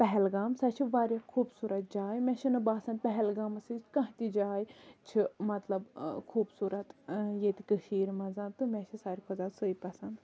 پہلگام سۄ چھِ واریاہ خوٗبصورت جاے مےٚ چھ نہٕ باسان پہلگامَس ہِش کانٛہہ تہِ جاے چھِ مَطلَب خوبصورت ییٚتہِ کٔشیٖرِ مَنٛز تہٕ مےٚ چھ ساروی کھۄتہٕ زیاد سُے پَسَنٛد